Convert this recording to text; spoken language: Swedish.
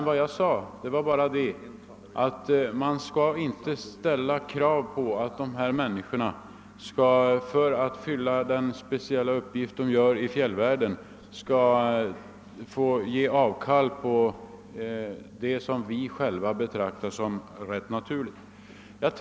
Vad jag sade var bara att man inte skall ställa krav på att dessa människor för att fullgöra sin speciella uppgift i fjällvärlden skall göra avkall på vad vi själva betraktar som ganska naturligt.